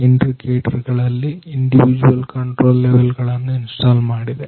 indicator ಗಳಲ್ಲಿ individual control level ಗಳನ್ನ install ಮಾಡಿದೆ